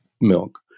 milk